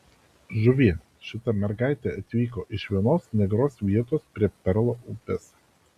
žuvie šita mergaitė atvyko iš vienos negeros vietos prie perlo upės